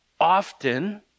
often